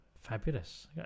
Fabulous